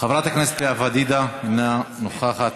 חברת הכנסת לאה פדידה, אינה נוכחת.